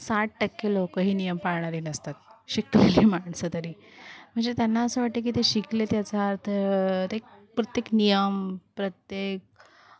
साठ टक्के लोकं ही नियम पाळणारे नसतात शिकलेली माणसं तरी म्हणजे त्यांना असं वाटते की ते शिकलेत याचा अर्थ प्रत्येक नियम प्रत्येक